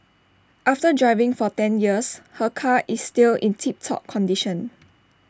after driving for ten years her car is still in tip top condition